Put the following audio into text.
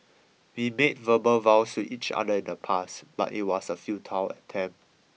we made verbal vows to each other in the past but it was a futile attempt